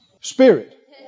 Spirit